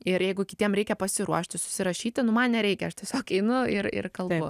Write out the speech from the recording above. ir jeigu kitiem reikia pasiruošti susirašyti nu man nereikia aš tiesiog einu ir ir kalbu